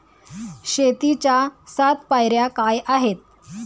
शेतीच्या सात पायऱ्या काय आहेत?